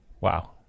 Wow